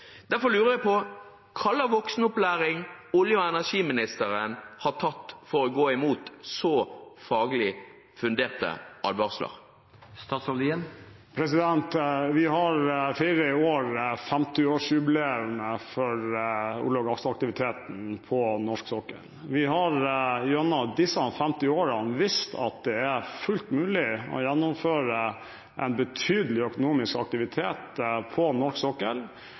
Derfor lurer jeg på hva slags voksenopplæring olje- og energiministeren har tatt for å gå imot så faglig funderte advarsler? Vi feirer i år 50-års jubileum for olje- og gassaktiviteten på norsk sokkel. Vi har gjennom disse 50 årene vist at det er fullt mulig å gjennomføre en betydelig økonomisk aktivitet på norsk sokkel